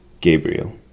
Gabriel